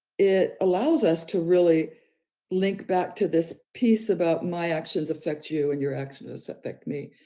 it allows us to really link back to this piece about my actions affect you, and your accidents affect me.